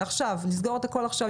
נסגור את הכול עכשיו.